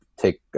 take